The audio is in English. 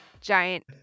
giant